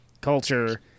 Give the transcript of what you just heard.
culture